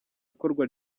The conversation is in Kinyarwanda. ikorwa